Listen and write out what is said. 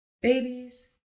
Babies